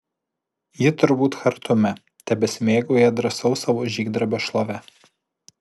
ji turbūt chartume tebesimėgauja drąsaus savo žygdarbio šlove